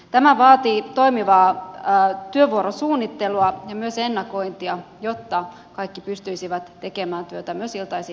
tämä vaatii toimivaa työvuorosuunnittelua ja myös ennakointia jotta kaikki pystyisivät tekemään työtä myös iltaisin ja viikonloppuisin